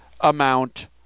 amount